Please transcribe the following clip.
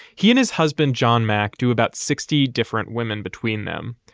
he and his husband, john mack, do about sixty different women between them.